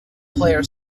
player